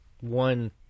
one